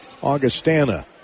Augustana